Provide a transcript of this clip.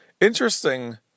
interesting